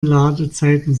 ladezeiten